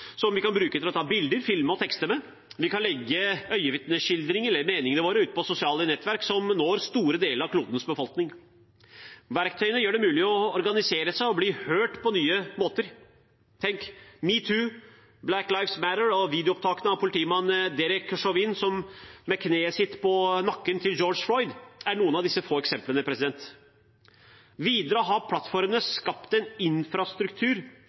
som vi kan bruke til å ta bilder, filme og tekste med, og vi kan legge øyenvitneskildringene eller meningene våre ut på sosiale nettverk som når store deler av klodens befolkning. Verktøyene gjør det mulig å organisere seg og bli hørt på nye måter. Metoo, Black Lives Matter og videoopptakene av politimannen Derek Chauvin med kneet på nakken til George Floyd er noen få eksempler. Videre har plattformene skapt en infrastruktur